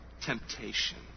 temptation